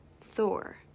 Thor